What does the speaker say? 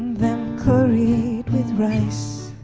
them curried with rice,